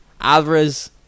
Alvarez